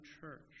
church